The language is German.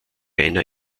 einer